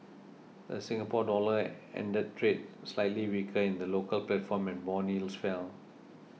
the Singapore Dollar ended trade slightly weaker in the local platform and bond yields fell